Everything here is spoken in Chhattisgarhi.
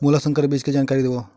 मोला संकर बीज के जानकारी देवो?